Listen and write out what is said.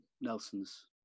Nelsons